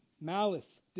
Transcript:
malice